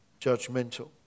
judgmental